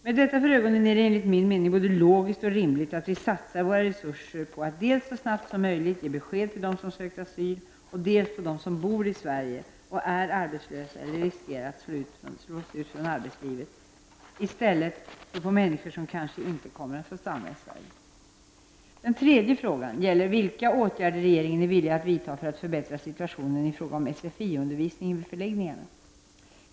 Med detta för ögonen är det enligt min mening både logiskt och rimligt att vi satsar våra resurser på att så snabbt som möjligt ge besked till dem som sökt asyl och på dem som bor i Sverige och är arbetslösa eller riskerar att slås ut från arbetslivet, i stället för på människor som kanske inte kommer att få stanna i Sverige. Den tredje frågan gäller vilka åtgärder regeringen är villig att vidta för att förbättra situationen i fråga om SFI-undervisningen vid förläggningarna.